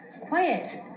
Quiet